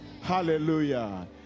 hallelujah